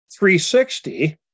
360